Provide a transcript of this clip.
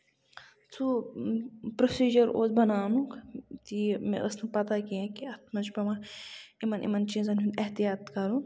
سُہ پروسیٖجِر اوس بَناونُک تہِ مےٚ ٲس نہٕ پَتہٕ کیٚنہہ کہِ اَتھ منٛز چھُ پٮ۪وان یِمن یِمن چیٖزَن ہُند احتِیات کَرُن